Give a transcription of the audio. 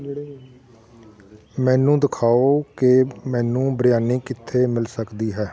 ਮੈਨੂੰ ਦਿਖਾਓ ਕਿ ਮੈਨੂੰ ਬਿਰਯਾਨੀ ਕਿੱਥੇ ਮਿਲ ਸਕਦੀ ਹੈ